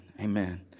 Amen